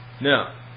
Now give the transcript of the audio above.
Now